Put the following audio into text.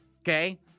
okay